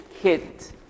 hit